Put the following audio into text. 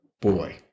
boy